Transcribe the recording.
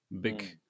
big